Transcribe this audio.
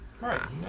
Right